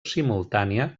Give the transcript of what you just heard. simultània